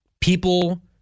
People